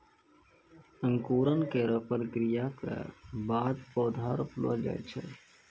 अंकुरन केरो प्रक्रिया क बाद पौधा रोपलो जाय छै